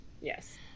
Yes